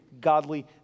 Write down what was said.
godly